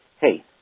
hey